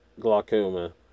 glaucoma